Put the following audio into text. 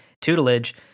tutelage